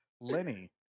Lenny